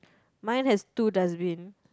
mine has two dustbin